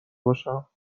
باشم